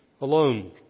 alone